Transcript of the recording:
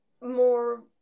more